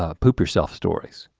ah poop yourself stories,